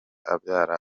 abyara